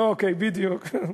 אוקיי, בדיוק.